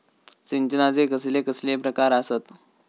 सिंचनाचे कसले कसले प्रकार आसत?